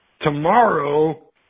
Tomorrow